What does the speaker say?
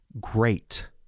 great